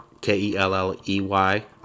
K-E-L-L-E-Y